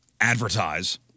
advertise